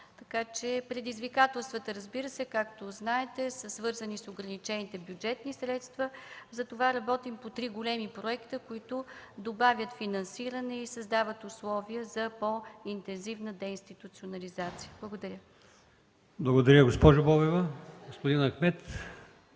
децата. Предизвикателствата, разбира се, както знаете, са свързани с ограничените бюджетни средства, затова работим по три големи проекта, които добавят финансиране и създават условия за по-интензивна деинституционализация. Благодаря. ПРЕДСЕДАТЕЛ АЛИОСМАН ИМАМОВ: Благодаря,